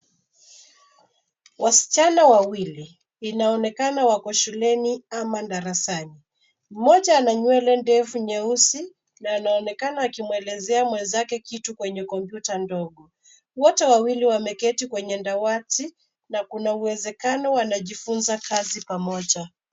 Wasichana wawili inaonekana wako shuleni ama darasani moja ana nywele ndefu nyeusi na anaonekana akimwelezea mwenzake kitu kwenye kompyuta ndogo. Wote wawili wameketi kwenye dawati na kuna uwezekano wanajifunza kazi pamoja.